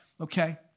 okay